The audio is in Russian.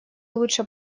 лучше